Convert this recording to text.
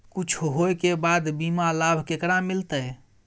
कुछ होय के बाद बीमा लाभ केकरा मिलते?